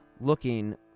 looking